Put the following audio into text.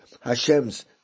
Hashem's